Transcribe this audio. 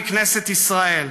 מכנסת ישראל,